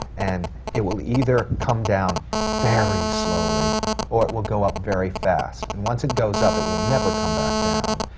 and it will either come down very slowly or it will go up very fast. and once it goes up, it will never come back down.